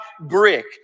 brick